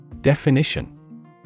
Definition